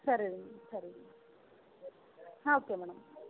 ಸರಿ ರೀ ಸರಿ ಹಾಂ ಓಕೆ ಮೇಡಮ್